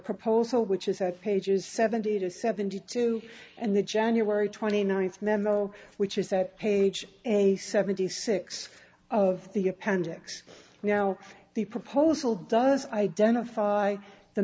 proposal which is a pages seventy to seventy two and the january twenty ninth memo which is that page a seventy six of the appendix now the proposal does identify the